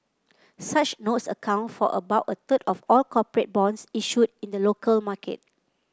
such notes account for about a third of all corporate bonds issued in the local market